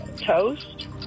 toast